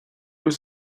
was